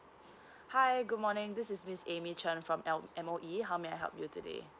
hi good morning this is miss amy chan from l M_O_E how may I help you today